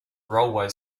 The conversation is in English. railway